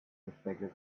reflected